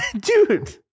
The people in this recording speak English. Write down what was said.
Dude